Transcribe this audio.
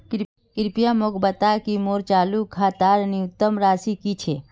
कृपया मोक बता कि मोर चालू खातार न्यूनतम राशि की छे